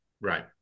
right